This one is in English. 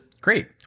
Great